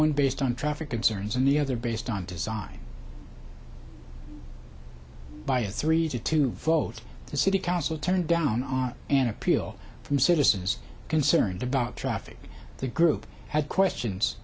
one based on traffic concerns and the other based on design by a three to two both the city council turned down on an appeal from citizens concerned about traffic the group had questions